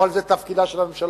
אבל זה תפקידה של הממשלה,